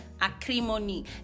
Acrimony